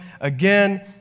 again